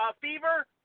fever